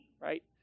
right